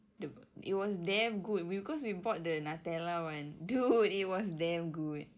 the it was damn good we'll cause we bought the nutella one dude it was damn good